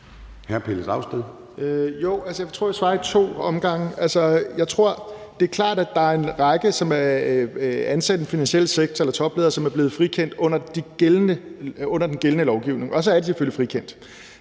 vil svare ad to omgange. Altså, det er klart, at der er en række ansatte eller topledere i den finansielle sektor, som er blevet frikendt under den gældende lovgivning – og så er de selvfølgelig frikendt.